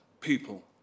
people